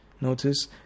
Notice